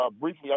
briefly